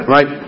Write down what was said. Right